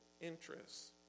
interests